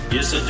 Yes